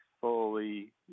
fully